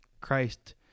Christ